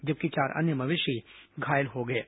जबकि चार अन्य मवेशी घायल हो गए हैं